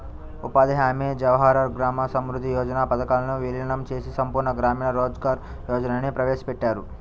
ఉపాధి హామీ, జవహర్ గ్రామ సమృద్ధి యోజన పథకాలను వీలీనం చేసి సంపూర్ణ గ్రామీణ రోజ్గార్ యోజనని ప్రవేశపెట్టారు